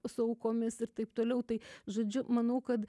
su aukomis ir taip toliau tai žodžiu manau kad